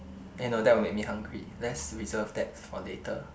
eh no that will make me hungry lets reserve that for later